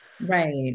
Right